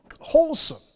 wholesome